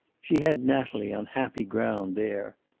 she had natalie on happy ground there.